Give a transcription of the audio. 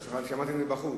סליחה, שמעתי מבחוץ.